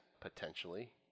potentially